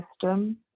system